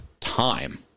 time